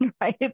right